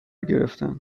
گرفتن